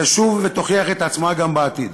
תשוב ותוכיח את עצמה גם בעתיד.